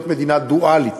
להיות מדינה דואלית.